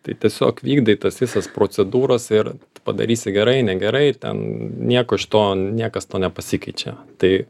tai tiesiog vykdai tas visas procedūras ir padarysi gerai negerai ten nieko iš to niekas to nepasikeičia tai